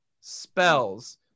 Spells